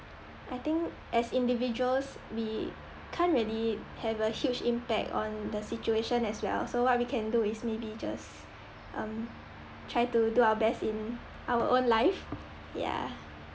I think as individuals we can't really have a huge impact on the situation as well so what we can do is maybe just um try to do our best in our own life ya